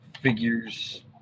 figures